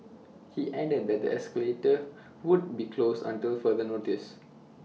he added that the escalator would be closed until further notice